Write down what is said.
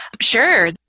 Sure